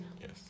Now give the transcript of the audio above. yes